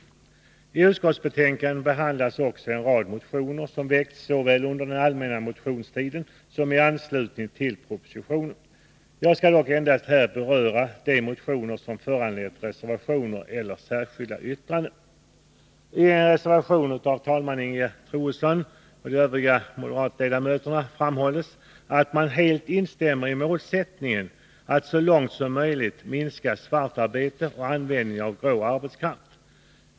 I utskottsbetänkandet behandlas också en rad motioner som väckts såväl under den allmänna motionstiden som i anslutning till propositionen. Jag skall dock endast beröra de motioner som föranlett reservationer eller särskilda yttranden. I en reservation av talman Ingegerd Troedsson m.fl. moderata ledamöter framhålls att man helt instämmer i målsättningen att så långt som möjligt minska s.k. svartarbete och användningen av grå arbetskraft.